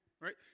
Right